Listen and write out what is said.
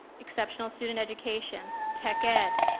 exceptional student education, tech ed,